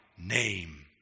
name